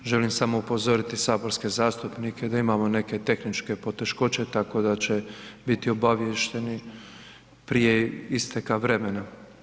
Želim samo upozoriti saborske zastupnike da imamo neke tehničke poteškoće tako da će biti obaviješteni prije isteka vremena.